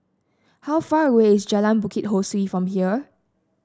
how far away is Jalan Bukit Ho Swee from here